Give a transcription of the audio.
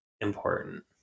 important